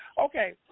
Okay